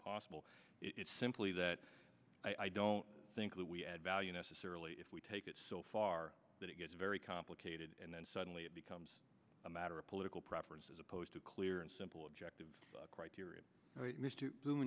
possible it's simply that i don't think that we add value necessarily if we take it so far that it gets very complicated and then suddenly it becomes a matter of political preference as opposed to clear and simple objective criteria